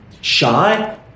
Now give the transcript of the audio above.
shy